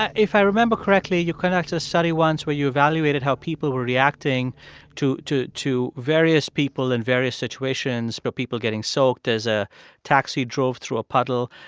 if i remember correctly, you conducted a study once where you evaluated how people were reacting to to various people in various situations but people getting soaked as a taxi drove through a puddle.